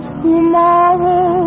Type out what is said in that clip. tomorrow